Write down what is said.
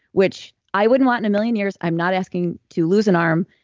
which i wouldn't want in a million years. i'm not asking to lose an arm.